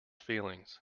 feelings